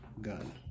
gun